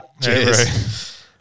Cheers